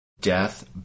death